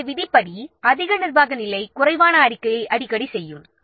எனவே விதிப்படி அதிக நிர்வாக நிலை குறைவான அறிக்கையை அடிக்கடி செய்யும்